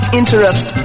interest